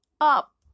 up